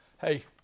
Hey